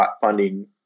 funding